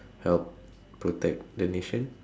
help protect the nation